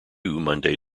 monday